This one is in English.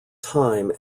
time